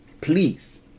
please